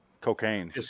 Cocaine